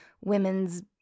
Women's